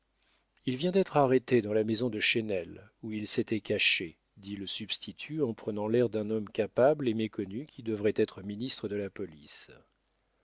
il vient d'être arrêté dans la maison de chesnel où il s'était caché dit le substitut en prenant l'air d'un homme capable et méconnu qui devrait être ministre de la police